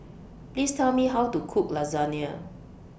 Please Tell Me How to Cook Lasagna